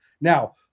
Now